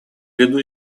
виду